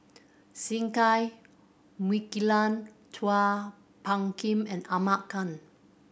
Singai Mukilan Chua Phung Kim and Ahmad Khan